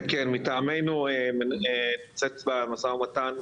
כן, מטעמנו, נמצאת במשא ומתן,